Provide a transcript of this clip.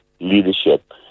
leadership